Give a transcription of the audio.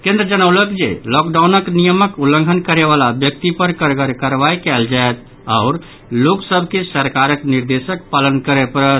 केन्द्र जनौलक जे लॉकडाउनक नियमक उल्लंघन करय वला व्यक्ति पर कड़गर कार्रवाई कयल जायत आओर सभ लोक के सरकारक निर्देशक पालन करय पड़त